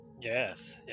Yes